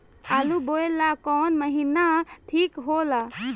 आलू बोए ला कवन महीना ठीक हो ला?